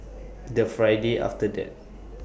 The Friday after that